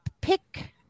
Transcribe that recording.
pick